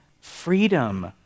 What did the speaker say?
freedom